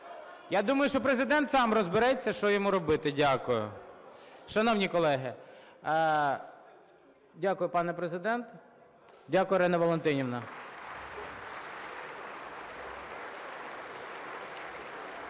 Я думаю, що Президент сам розбереться, що йому робити. Дякую. Шановні колеги... Дякую, пане Президент. Дякую, Ірина Валентинівна.